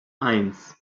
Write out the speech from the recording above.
eins